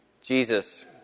Jesus